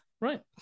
right